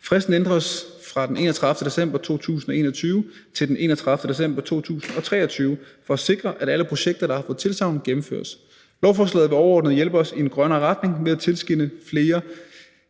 Fristen ændres fra den 31. december 2021 til den 31. december 2023 for at sikre, at alle projekter, der har fået et tilsagn, gennemføres. Lovforslaget vil overordnet hjælpe os i en grønnere retning ved at tilskynde til flere